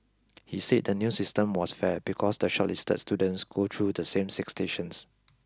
he said the new system was fair because the shortlisted students go through the same six stations